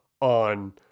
on